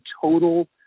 total